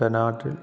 കുട്ടനാട്ടിൽ